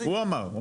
הוא אמר.